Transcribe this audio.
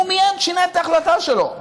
והוא מייד שינה את ההחלטה שלו.